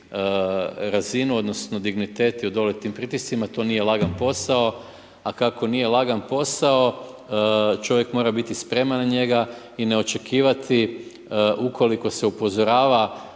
razinu odnosno dignitet i odoljeti tim pritiscima to nije lagan posao a kako nije lagan posao čovjek mora biti spreman na njega i ne očekivati ukoliko se upozorava